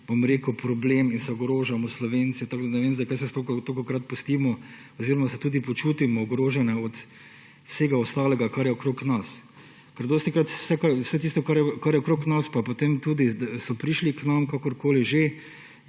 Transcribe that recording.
največji problemi, se ogrožamo Slovenci, tako da ne vem, zakaj se tolikokrat pustimo oziroma se tudi počutimo ogrožene od vsega ostalega, kar je okrog nas. Ker dostikrat vse tisto, kar je okrog nas pa potem tudi so prišli k nam, je